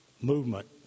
movement